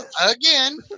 again